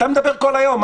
אתה מדבר כל היום.